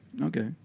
Okay